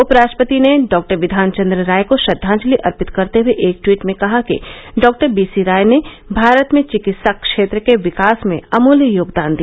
उपराष्ट्रपति ने डॉ बिघान चन्द्र रॉय को श्रद्वाजलि अर्पित करते हए एक ट्वीट में कहा कि डॉ बी सी रॉय ने भारत में चिकित्सा क्षेत्र के विकास में अमूल्य योगदान दिया